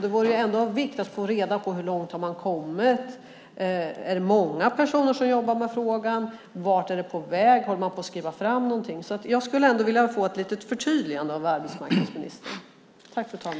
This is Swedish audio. Det vore viktigt att få reda på hur långt det har kommit, om det är många personer som jobbar med frågan, vart den är på väg, om något håller på att skrivas. Jag skulle ändå vilja få ett litet förtydligande av arbetsmarknadsministern.